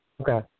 Okay